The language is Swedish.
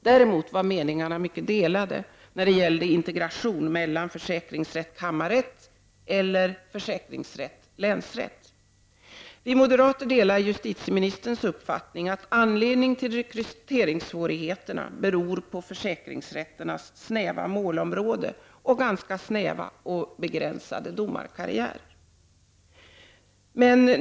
Däremot var meningarna delade när det gällde integration mellan försäkringsrätt och kammarrätt resp. försäkringsrätt och länsrätt. Vi moderater delar justitieministerns uppfattning att anledningen till rekryteringssvårigheterna är försäkringsrätternas snäva målområde och ganska snäva och begränsade domarkarriär.